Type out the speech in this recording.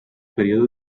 periodo